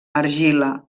argila